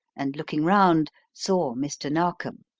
and looking round saw mr. narkom.